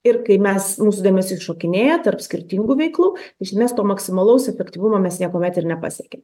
ir kai mes mūsų dėmesys šokinėja tarp skirtingų veiklų iš esmės to maksimalaus efektyvumo mes niekuomet ir nepasiekiam